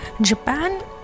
Japan